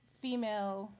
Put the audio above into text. female